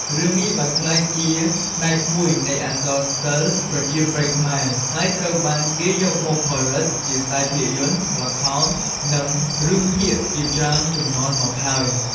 រឿងនេះបានក្លាយជាផ្នែកមួយនៃអក្សរសិល្ប៍ប្រជាប្រិយខ្មែរ ហើយត្រូវបានគេយកមកផលិតជាខ្សែភាពយន្ត ល្ខោន និងរឿងភាគជាច្រើនជំនាន់មកហើយ។